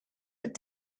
but